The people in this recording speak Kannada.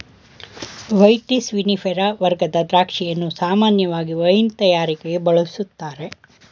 ವೈಟಿಸ್ ವಿನಿಫೆರಾ ವರ್ಗದ ದ್ರಾಕ್ಷಿಯನ್ನು ಸಾಮಾನ್ಯವಾಗಿ ವೈನ್ ತಯಾರಿಕೆಗೆ ಬಳುಸ್ತಾರೆ